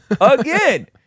Again